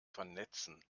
vernetzen